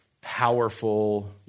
powerful